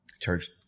church